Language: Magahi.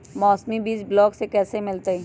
मौसमी बीज ब्लॉक से कैसे मिलताई?